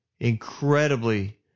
incredibly